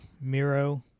Miro